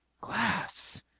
glass,